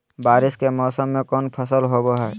बारिस के मौसम में कौन फसल होबो हाय?